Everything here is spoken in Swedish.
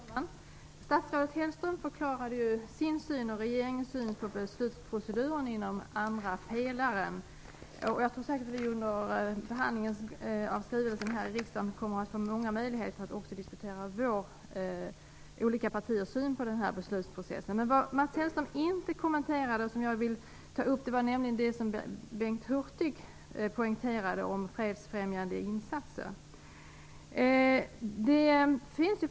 Fru talman! Statsrådet Hellström förklarade sin och regeringens syn på beslutsproceduren inom andra pelaren. Jag tror säkert att vi under behandlingen av skrivelsen här i riksdagen kommer att få många möjligheter att diskutera olika partiers syn på beslutsprocessen. Men vad Mats Hellström inte kommenterade och som jag vill ta upp är frågan om fredsfrämjande insatser, som Bengt Hurtig poängterade.